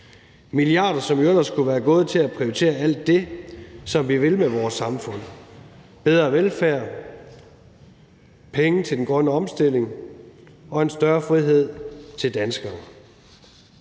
milliarder som ellers kunne være gået til at prioritere alt det, som vi vil med vores samfund: bedre velfærd, penge til den grønne omstilling og en større frihed til danskere.